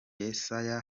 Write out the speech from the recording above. yesaya